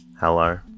Hello